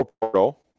portal